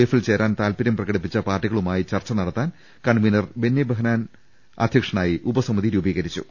എഫിൽ ചേരാൻ താൽപര്യം പ്രകടിപ്പിച്ച പാർട്ടിക ളുമായി ചർച്ച നടത്താൻ കൺവീനർ ബെന്നിബെഹനാൻ കൺവീനറായി ഉപസമിതി രൂപീകരിച്ചു